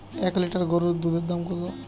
এক লিটার গোরুর দুধের দাম কত?